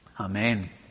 Amen